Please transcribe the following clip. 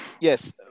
Yes